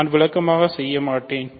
நான் விளக்கமாக செய்ய மாட்டேன்